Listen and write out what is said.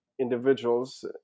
individuals